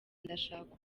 ndashaka